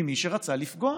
ממי שרצה לפגוע,